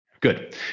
Good